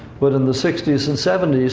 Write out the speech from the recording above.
but in the sixty s and seventy s,